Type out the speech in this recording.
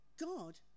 God